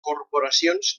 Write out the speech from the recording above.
corporacions